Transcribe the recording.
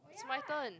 is my turn